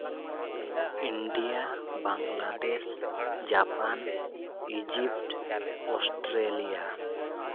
India Bangladesh Japan Egypt Australia